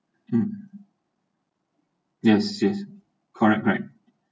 um yes yes correct correct